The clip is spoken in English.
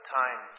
time